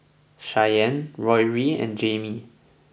Shyann Rory and Jaime